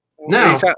now